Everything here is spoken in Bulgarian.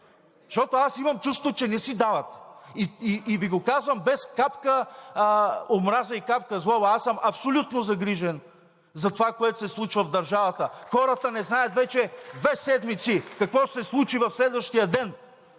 защото аз имам чувството, че не си давате? И Ви го казвам без капка омраза и капка злоба, аз съм абсолютно загрижен за това, което се случва в държавата. Хората не знаят вече две седмици какво ще се случи в следващия ден.